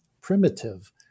primitive